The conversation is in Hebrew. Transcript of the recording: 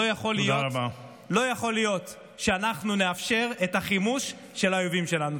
לא יכול להיות שאנחנו נאפשר את החימוש של האויבים שלנו.